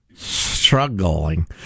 Struggling